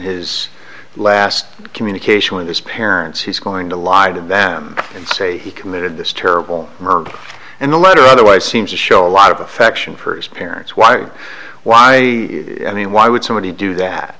his last communication with his parents he's going to lie to them and say he committed this terrible murder and the letter otherwise seems to show a lot of affection for his parents why why i mean why would somebody do that